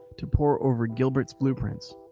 to pour over gilbert's blueprints.